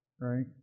right